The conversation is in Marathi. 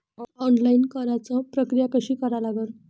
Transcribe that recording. ऑनलाईन कराच प्रक्रिया कशी करा लागन?